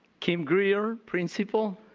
kim greer, principal.